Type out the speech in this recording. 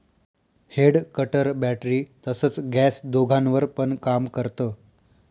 head cutter battery तसच gas दोघांवर पण काम करत